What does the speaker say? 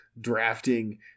drafting